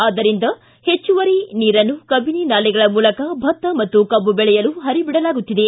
ಆದ್ದರಿಂದ ಹೆಚ್ಚುವರಿ ನೀರನ್ನು ಕಬಿನಿ ನಾಲೆಗಳ ಮೂಲಕ ಭತ್ತ ಮತ್ತು ಕಬ್ಬು ಬೆಳೆಯಲು ಹರಿ ಬಿಡಲಾಗುತ್ತಿದೆ